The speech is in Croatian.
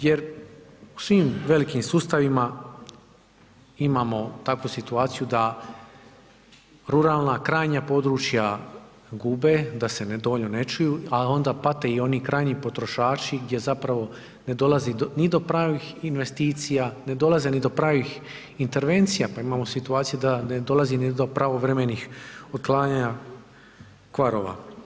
Jer u svim velikim sustavima imamo takvu situaciju da ruralna krajnja područja gube, da se dovoljno ne čuju, a onda pate i oni krajnji potrošači gdje zapravo ne dolazi ni do pravih investicija, ne dolaze ni do pravih intervencija pa imamo situacije da ne dolazi ni do pravovremenih otklanjanja kvarova.